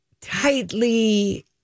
tightly